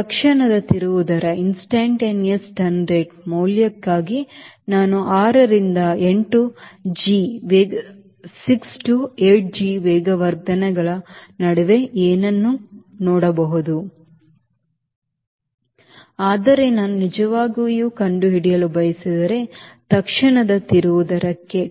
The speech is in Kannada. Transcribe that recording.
ತತ್ಕ್ಷಣದ ತಿರುವು ದರ ಮೌಲ್ಯಕ್ಕಾಗಿ ನಾನು 6 ರಿಂದ 8g ವೇಗವರ್ಧನೆಗಳ ನಡುವೆ ಏನನ್ನೂ ನೋಡಬಹುದು ಆದರೆ ನಾನು ನಿಜವಾಗಿಯೂ ಕಂಡುಹಿಡಿಯಲು ಬಯಸಿದರೆ ತತ್ಕ್ಷಣದ ತಿರುವು ದರಕ್ಕೆ